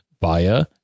via